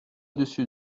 dessus